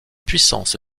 puissance